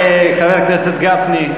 חבר הכנסת גפני,